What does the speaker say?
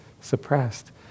suppressed